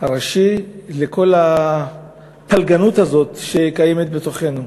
הראשי לכל הפלגנות הזאת שקיימת בתוכנו.